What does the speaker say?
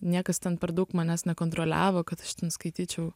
niekas ten per daug manęs nekontroliavo kad aš ten skaityčiau